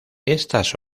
estas